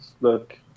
look